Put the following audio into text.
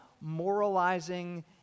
moralizing